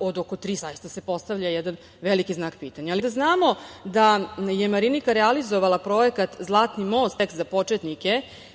od oko 300.000 evra? Zaista se postavlja jedan veliki znak pitanja. Kada znamo da je Marinika realizovala projekat „Zlatni most – seks za početnike“